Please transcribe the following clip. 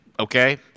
Okay